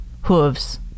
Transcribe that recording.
hooves